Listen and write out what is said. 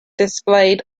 displayed